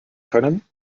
können